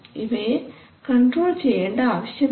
ഇവയെ കൺട്രോൾ ചെയ്യേണ്ട ആവശ്യമില്ല